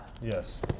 Yes